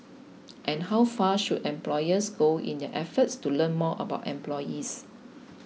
and how far should employers go in their efforts to learn more about employees